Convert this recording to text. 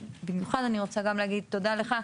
ובמיוחד אני רוצה גם להגיד תודה לך,